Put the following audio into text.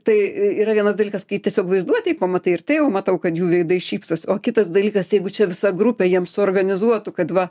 tai yra vienas dalykas kai tiesiog vaizduotėj pamatai ir tai jau matau kad jų veidai šypsos o kitas dalykas jeigu čia visa grupė jiem suorganizuotų kad va